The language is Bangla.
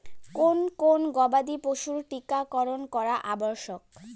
কোন কোন গবাদি পশুর টীকা করন করা আবশ্যক?